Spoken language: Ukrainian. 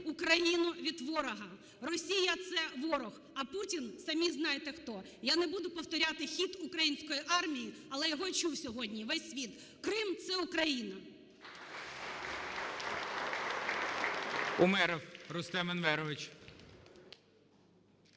Україну від ворога. Росія – це ворог, а Путін – самі знаєте хто. Я не буду повторювати хіт української армії, але його чув сьогодні весь світ. Крим – це Україна!